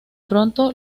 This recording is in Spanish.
pronto